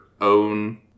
own